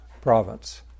province